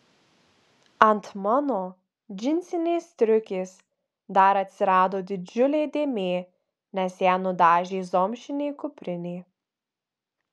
ant mano džinsinės striukės dar atsirado didžiulė dėmė nes ją nudažė zomšinė kuprinė